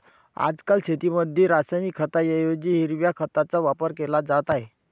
आजकाल शेतीमध्ये रासायनिक खतांऐवजी हिरव्या खताचा वापर केला जात आहे